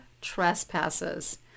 trespasses